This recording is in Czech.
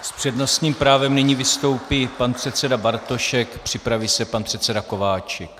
S přednostním právem nyní vystoupí pan předseda Bartošek, připraví se pan předseda Kováčik.